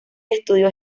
estudio